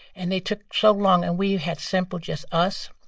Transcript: and they took so long. and we had simple just us,